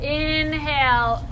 inhale